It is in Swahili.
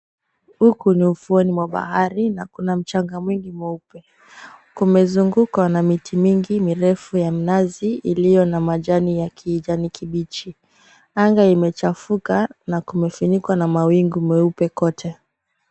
Huku ni ufuoni mwa bahari na kuna mchanga mwingi mweupe. Kumezungukwa na mti mingi mirefu ya minazi iliyo na majani ya kijani kibichi anga imechafuka na kimefunikwa na mawingu meupe kote.